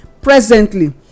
Presently